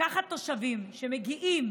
לקחת תושבים שמגיעים